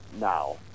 now